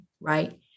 right